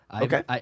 Okay